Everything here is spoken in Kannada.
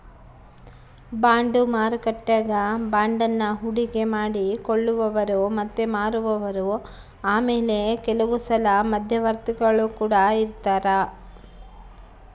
ಬಾಂಡು ಮಾರುಕಟ್ಟೆಗ ಬಾಂಡನ್ನ ಹೂಡಿಕೆ ಮಾಡಿ ಕೊಳ್ಳುವವರು ಮತ್ತೆ ಮಾರುವವರು ಆಮೇಲೆ ಕೆಲವುಸಲ ಮಧ್ಯವರ್ತಿಗುಳು ಕೊಡ ಇರರ್ತರಾ